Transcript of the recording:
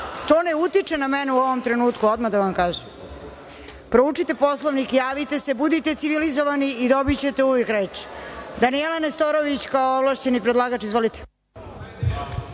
To ne utiče na mene u ovom trenutku, odmah da vam kažem. Proučite Poslovnik, javiste se, budite civilizovani i dobićete uvek reč. Danijela Nestorović, kao ovlašćeni predlagač. Izvolite.